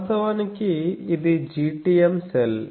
వాస్తవానికి ఇది GTEM cell